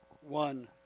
one